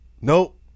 nope